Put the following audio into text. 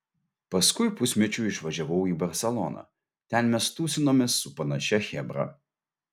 paskui pusmečiui išvažiavau į barseloną ten mes tūsinomės su panašia chebra